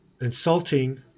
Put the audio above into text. insulting